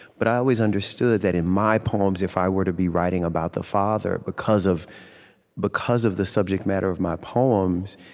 but i always understood that in my poems, if i were to be writing about the father, because of because of the subject matter of my poems,